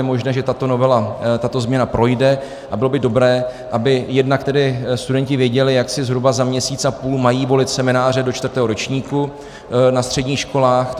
Je možné, že tato změna projde, a bylo by dobré, aby jednak tedy studenti věděli, jaké si zhruba za měsíc a půl mají volit semináře do čtvrtého ročníku na středních školách.